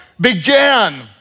began